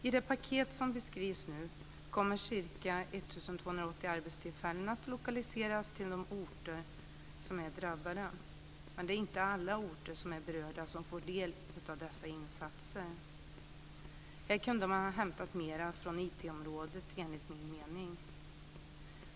I det paketet som nu beskrivs kommer ca 1 280 arbetstillfällen att lokaliseras till drabbade orter, men alla orter som är berörda får inte del av dessa insatser. Enligt min mening kunde man ha hämtat mera från IT-området.